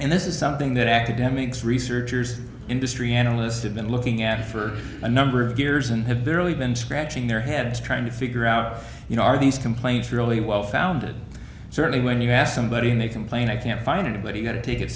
and this is something that academics researchers industry analysts have been looking at for a number of years and have barely been scratching their heads trying to figure out you know are these complaints really well founded certainly when you ask somebody and they complain i can't find anybody going to take it